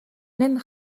نمی